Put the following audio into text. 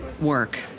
work